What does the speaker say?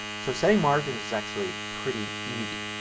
so setting margins is actually pretty easy.